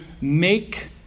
make